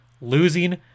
losing